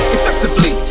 Effectively